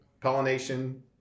pollination